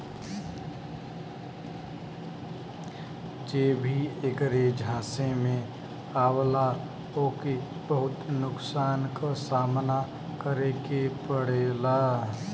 जे भी ऐकरे झांसे में आवला ओके बहुत नुकसान क सामना करे के पड़ेला